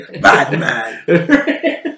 Batman